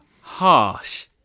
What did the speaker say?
harsh